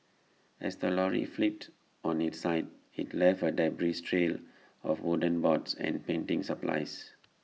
as the lorry flipped on its side IT left A debris trail of wooden boards and painting supplies